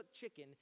chicken